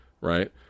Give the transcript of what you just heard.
right